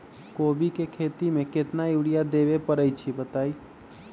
कोबी के खेती मे केतना यूरिया देबे परईछी बताई?